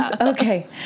Okay